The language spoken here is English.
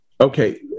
Okay